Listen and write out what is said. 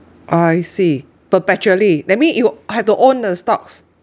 I see perpetually that mean you have to own the stocks